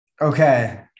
Okay